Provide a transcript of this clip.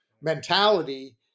mentality